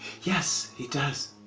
yes, he does,